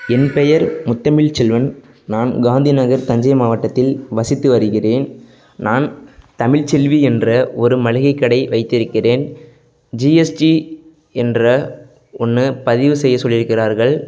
என் பெயர் முத்தமிழ் செல்வன் நான் காந்தி நகர் தஞ்சை மாவட்டத்தில் வசித்து வருகிறேன் நான் தமிழ் செல்வி என்ற ஒரு மளிகைக் கடை வைத்திருக்கிறேன் ஜிஎஸ்டி என்ற ஒன்று பதிவு செய்ய சொல்லியிருக்கிறார்கள்